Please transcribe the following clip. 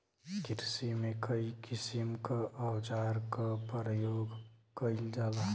किरसी में कई किसिम क औजार क परयोग कईल जाला